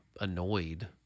annoyed